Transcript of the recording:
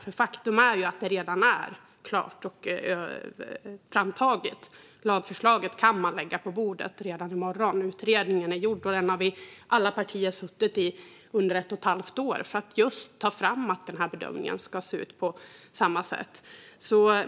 Men faktum är att det redan är klart och framtaget. Lagförslaget kan man lägga på bordet redan i morgon. Utredningen är gjord, och vi har alla partier suttit i ett och ett halvt år för att ta fram att bedömningen ska se ut på detta sätt.